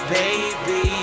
baby